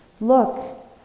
Look